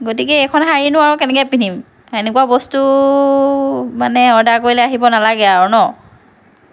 গতিকে এইখন শাৰীনো আৰু কেনেকৈ পিন্ধিম এনেকুৱা বস্তু মানে আৰু অৰ্ডাৰ কৰিলে আহিব নেলাগে আৰু ন